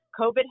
COVID